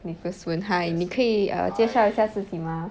nicholas woon hi 你可以 err 介绍一下自己吗